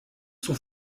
sont